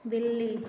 बिल्ली